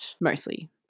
mostly